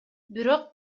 бирок